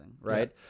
Right